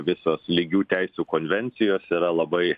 visos lygių teisių konvencijos yra labai